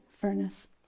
furnace